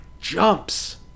jumps